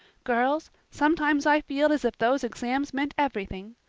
girls, sometimes i feel as if those exams meant everything,